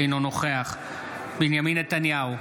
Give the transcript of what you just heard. אינו נוכח בנימין נתניהו,